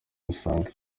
gusanga